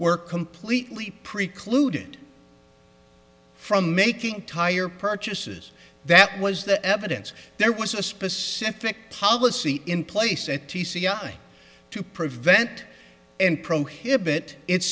were completely precluded from making tire purchases that was the evidence there was a specific policy in place at d c i to prevent and prohibit it